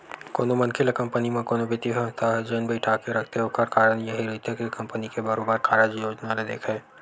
कोनो मनखे ल कंपनी म कोनो बित्तीय संस्था ह जेन बइठाके रखथे ओखर कारन यहीं रहिथे के कंपनी के बरोबर कारज योजना ल देखय